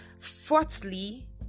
Fourthly